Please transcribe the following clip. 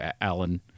Alan